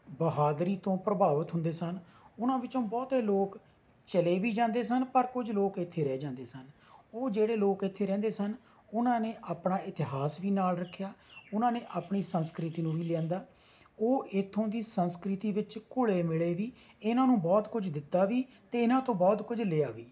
ਬਹਾਦਰੀ ਤੋਂ ਪ੍ਰਭਾਵਿਤ ਹੁੰਦੇ ਸਨ ਉਹਨਾਂ ਵਿੱਚੋਂ ਬਹੁਤ ਲੋਕ ਚਲੇ ਵੀ ਜਾਂਦੇ ਸਨ ਪਰ ਕੁਝ ਲੋਕ ਇੱਥੇ ਰਹਿ ਜਾਂਦੇ ਸਨ ਉਹ ਜਿਹੜੇ ਲੋਕ ਇੱਥੇ ਰਹਿੰਦੇ ਸਨ ਉਹਨਾਂ ਨੇ ਆਪਣਾ ਇਤਿਹਾਸ ਵੀ ਨਾਲ ਰੱਖਿਆ ਉਹਨਾਂ ਨੇ ਆਪਣੀ ਸੰਸਕ੍ਰਿਤੀ ਨੂੰ ਵੀ ਲਿਆਂਦਾ ਉਹ ਇੱਥੋਂ ਦੀ ਸੰਸਕ੍ਰਿਤੀ ਵਿੱਚ ਘੁਲੇ ਮਿਲੇ ਵੀ ਇਹਨਾਂ ਨੂੰ ਬਹੁਤ ਕੁਝ ਦਿੱਤਾ ਵੀ ਅਤੇ ਇਹਨਾਂ ਤੋਂ ਬਹੁਤ ਕੁਝ ਲਿਆ ਵੀ